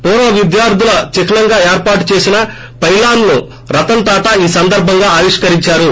పూర్వ విద్యార్ధుల చిహ్నంగా ఏర్పాటు చేసిన పైలాన్ ను రతన్ టాటా ఈ సందర్బంగా ఆవిష్కరించారు